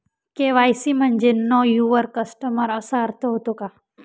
KYC म्हणजे know your customer असा अर्थ होतो का?